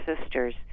Sisters